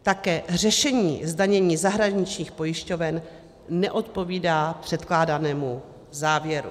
Také řešení zdanění zahraničních pojišťoven neodpovídá předkládanému závěru.